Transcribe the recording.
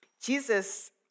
Jesus